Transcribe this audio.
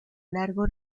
largo